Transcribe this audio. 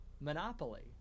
monopoly